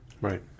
Right